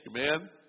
Amen